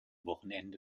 wochenende